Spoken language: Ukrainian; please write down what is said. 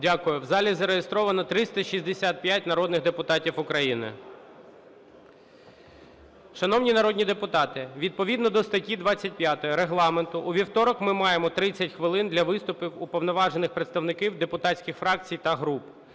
В залі зареєстровано 365 народних депутатів України. Шановні народні депутати! Відповідно до статті 25 Регламенту у вівторок ми маємо 30 хвилин для виступів уповноважених представників депутатських фракцій та груп